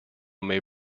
may